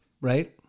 Right